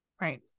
right